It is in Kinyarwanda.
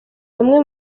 bamwe